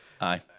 Aye